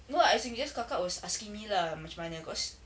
no lah as in just kakak was asking me lah macam mana cause